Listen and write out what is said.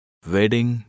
Wedding